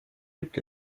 gibt